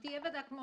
שתהיה ועדה כמו